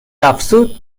افزود